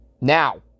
Now